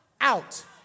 out